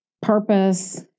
purpose